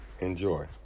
Enjoy